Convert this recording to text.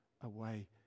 away